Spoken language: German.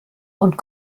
und